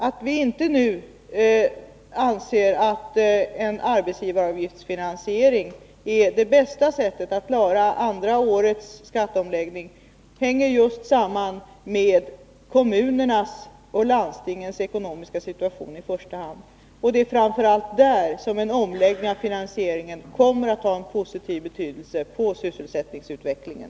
Att vi inte nu anser att en finansiering via arbetsgivaravgifterna är det bästa sättet att klara andra årets skatteomläggning hänger i första hand samman med kommunernas och landstingens ekonomiska situation. Det är framför allt där som en omläggning av finansieringen kommer att ha en positiv betydelse för sysselsättningsutvecklingen.